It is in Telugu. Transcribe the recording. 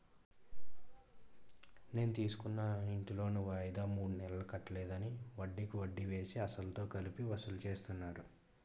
నేను తీసుకున్న ఇంటి లోను వాయిదా మూడు నెలలు కట్టలేదని, వడ్డికి వడ్డీ వేసి, అసలుతో కలిపి వసూలు చేస్తున్నారు